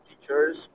teachers